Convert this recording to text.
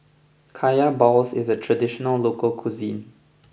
Kaya Balls is a traditional local cuisine